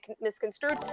misconstrued